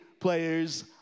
players